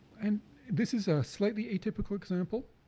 and this is a slightly atypical example,